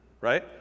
Right